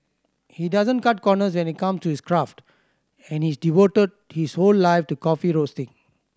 he doesn't cut corners when it come to his craft and he's devoted his whole life to coffee roasting